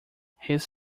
his